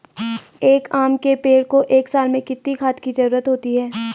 एक आम के पेड़ को एक साल में कितने खाद की जरूरत होती है?